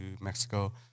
Mexico